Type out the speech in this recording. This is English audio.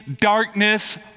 darkness